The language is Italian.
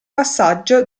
passaggio